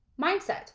mindset